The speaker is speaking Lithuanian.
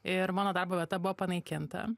ir mano darbo vieta buvo panaikinta